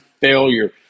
failure